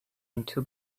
into